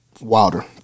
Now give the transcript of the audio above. Wilder